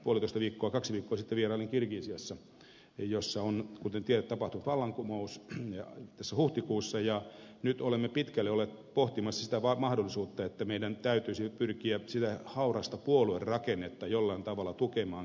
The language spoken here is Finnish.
kaksi viikkoa sitten vierailin kirgisiassa jossa on kuten tiedätte tapahtunut vallankumous huhtikuussa ja nyt olemme pitkälle olleet pohtimassa sitä mahdollisuutta että meidän täytyisi pyrkiä sitä haurasta puoluerakennetta jollain tavalla tukemaan kirgisiassa